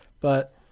but-